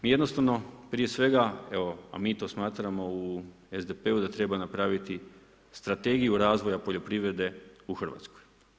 Mi jednostavno prije svega, evo a mi to smatramo u SDP-u da treba napraviti Strategiju razvoja poljoprivrede u Hrvatskoj.